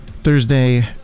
thursday